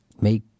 make